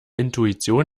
intuition